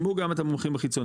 ישמעו גם את המומחים החיצוניים,